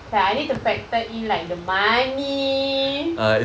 like I need to factor in like the money